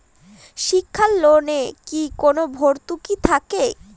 শিক্ষার লোনে কি কোনো ভরতুকি থাকে?